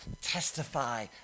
testify